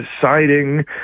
deciding